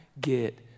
get